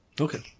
okay